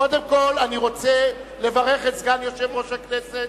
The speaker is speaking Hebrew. קודם כול, אני רוצה לברך את סגן יושב-ראש הכנסת,